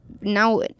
now